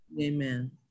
Amen